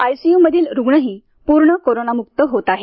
आयसीय्मधील रुग्णही प्रर्ण करोनाम्क्त होत आहेत